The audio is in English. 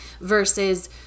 versus